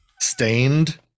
Stained